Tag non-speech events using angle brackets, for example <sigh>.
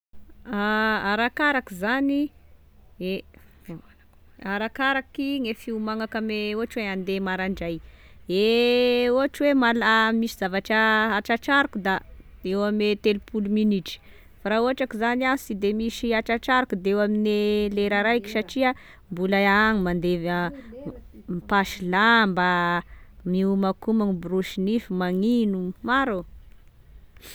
<hesitation> Arakaraky zany, e, <hesitation> <noise> arakaraky gne fiomagnako ame, ohatra hoe handeha maraindray e ohatry hoe mala- misy zavatra <hesitation> a tratrariko da, de eo ame telopolo minitry, fa raha ohatraky zany an, sy de misy raha tratrariko dia eo amine lera raiky satria, <noise> mbola agny mandevy an, <noise> mipaso lamba, miomankomagna miborosy nify, magnino, maro ô.